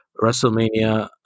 WrestleMania